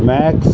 max